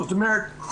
זאת אומרת,